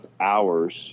hours